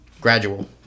Gradual